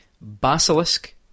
Basilisk